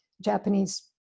Japanese